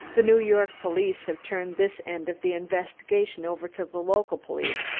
the new york police have turned this end of the investigation over to the local police,